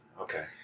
Okay